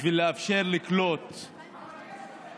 בשביל לאפשר לקלוט, אבל יש לכם.